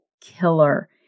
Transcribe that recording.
killer